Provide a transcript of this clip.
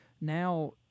now –